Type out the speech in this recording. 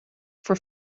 for